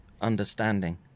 understanding